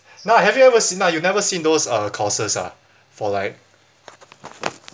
now have you ever seen now you've never seen those uh courses ah for like